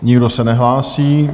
Nikdo se nehlásí.